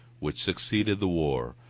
which succeeded the war,